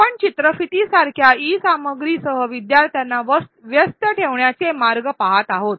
आपण चित्रफितीसारख्या ई सामग्रीसह विद्यार्थ्यांना व्यस्त ठेवण्याचे मार्ग पहात आहोत